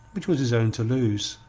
which was his own to lose.